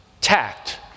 tact